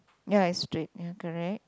ya it's straight ya correct